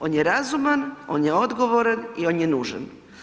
On je razuman, on je odgovoran i on je nužan.